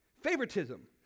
favoritism